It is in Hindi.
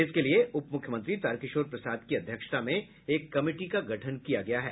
इसके लिए उप मुख्यमंत्री तारकिशोर प्रसाद की अध्यक्षता में एक कमिटी का गठन किया गया है